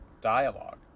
dialogue